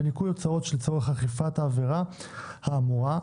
בניכוי הוצאותיה לצורך אכיפת העבירה האמורה,